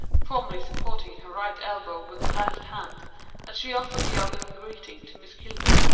formally supporting her right elbow with her left hand as she offered the other in greeting to miss kilburn,